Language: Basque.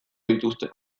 dituzte